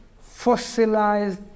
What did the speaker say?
fossilized